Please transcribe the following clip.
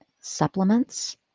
supplements